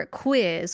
quiz